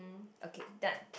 okay done